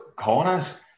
corners